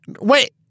Wait